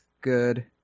good